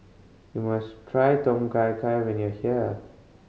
you must try Tom Kha Gai when you're here